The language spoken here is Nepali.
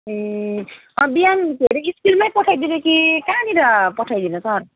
ए त बिहान फेरि स्कुलमै पठाइदिने कि कहाँनिर पठाइदिने सर